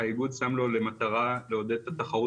האיגוד שם לו למטרה לעודד את התחרות